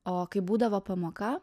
o kai būdavo pamoka